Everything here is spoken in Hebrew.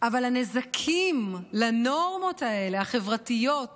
אבל הנזקים לנורמות האלה, החברתיות והמוסריות,